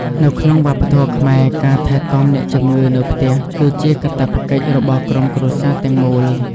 នៅក្នុងវប្បធម៌ខ្មែរ ការថែទាំអ្នកជំងឺនៅផ្ទះគឺជាកាតព្វកិច្ចរបស់ក្រុមគ្រួសារទាំងមូល។